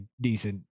decent